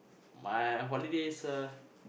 my holidays uh